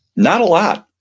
not a lot.